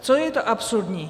Co je to absurdní?